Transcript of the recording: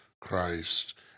Christ